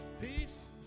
Peace